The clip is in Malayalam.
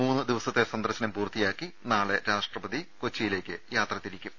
മൂന്നു ദിവസത്തെ സന്ദർശനം പൂർത്തിയാക്കി നാളെ രാഷ്ട്രപതി കൊച്ചിയിലേക്ക് യാത്രതിരിക്കും